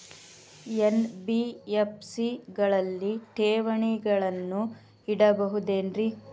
NBFC ಗಳಲ್ಲಿ ಠೇವಣಿಗಳನ್ನು ಇಡಬಹುದೇನ್ರಿ?